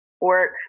work